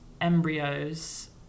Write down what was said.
embryos